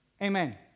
Amen